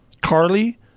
carly